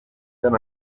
then